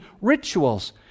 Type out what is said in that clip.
rituals